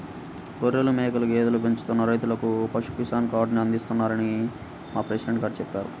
గొర్రెలు, మేకలు, గేదెలను పెంచుతున్న రైతులకు పశు కిసాన్ కార్డుని అందిస్తున్నారని మా ప్రెసిడెంట్ గారు చెప్పారు